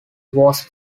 was